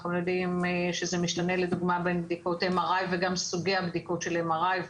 אנחנו יודעים שזה משתנה לדוגמה בין בדיקות MRI וגם סוגי בדיקות ה-MRI,